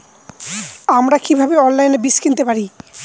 আমরা কীভাবে অনলাইনে বীজ কিনতে পারি?